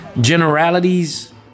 Generalities